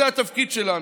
זה התפקיד שלנו.